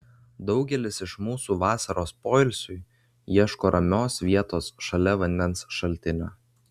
daugelis iš mūsų vasaros poilsiui ieško ramios vietos šalia vandens šaltinio